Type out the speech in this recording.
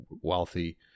wealthy